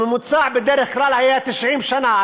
הממוצע בדרך כלל היה 90 שנה.